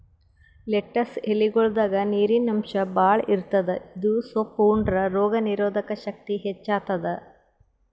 lettuce ಎಲಿಗೊಳ್ದಾಗ್ ನೀರಿನ್ ಅಂಶ್ ಭಾಳ್ ಇರ್ತದ್ ಇದು ಸೊಪ್ಪ್ ಉಂಡ್ರ ರೋಗ್ ನೀರೊದಕ್ ಶಕ್ತಿ ಹೆಚ್ತಾದ್